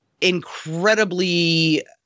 incredibly